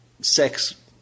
sex